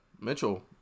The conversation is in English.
Mitchell